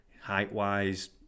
height-wise